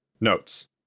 Notes